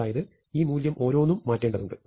അതായത് ഈ മൂല്യം ഓരോന്നും മാറ്റേണ്ടതുണ്ട്